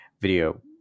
video